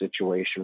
situation